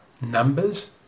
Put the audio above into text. Numbers